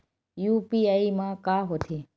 UPI मा का होथे?